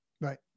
Right